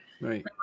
right